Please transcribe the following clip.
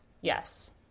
yes